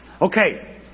Okay